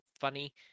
funny